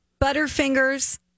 Butterfingers